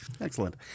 Excellent